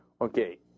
Okay